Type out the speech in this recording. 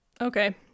Okay